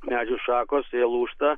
medžių šakos jie lūžta